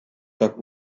tak